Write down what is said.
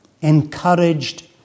encouraged